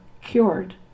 cured